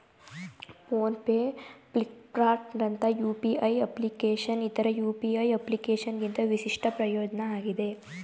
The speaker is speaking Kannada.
ಫೋನ್ ಪೇ ಫ್ಲಿಪ್ಕಾರ್ಟ್ನಂತ ಯು.ಪಿ.ಐ ಅಪ್ಲಿಕೇಶನ್ನ್ ಇತರ ಯು.ಪಿ.ಐ ಅಪ್ಲಿಕೇಶನ್ಗಿಂತ ವಿಶಿಷ್ಟ ಪ್ರಯೋಜ್ನ ಆಗಿದೆ